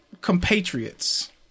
compatriots